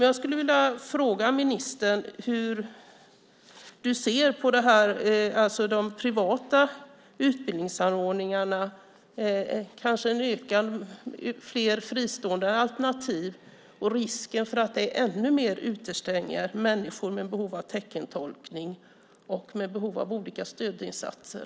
Jag vill fråga ministern hur han ser på de privata utbildningsanordnarna, kanske fler fristående alternativ och risken för att det ännu mer utestänger människor med behov av teckentolkning och behov av olika stödinsatser.